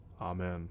Amen